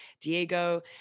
Diego